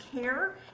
care